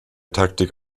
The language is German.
taktik